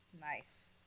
Nice